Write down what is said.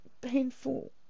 painful